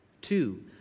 Two